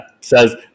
says